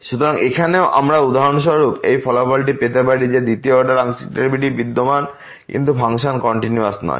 সুতরাং এখানেও আমরা উদাহরণস্বরূপ এই ফলাফলটি পেতে পারি যে দ্বিতীয় অর্ডার আংশিক ডেরিভেটিভস বিদ্যমান কিন্তু ফাংশন কন্টিনিউয়াসনয়